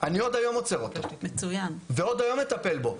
אני עוד היום עוצר אותו ועוד היום מטפל בו,